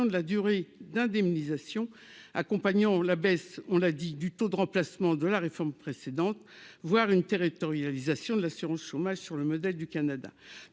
de la durée d'indemnisation, accompagnant la baisse, on l'a dit, du taux de remplacement de la réforme précédente, voire une territorialisation de l'assurance chômage, sur le modèle du Canada,